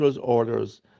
orders